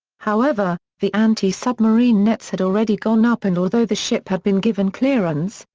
however, the anti-submarine nets had already gone up and although the ship had been given clearance,